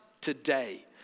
today